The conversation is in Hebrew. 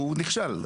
ההוא נכשל.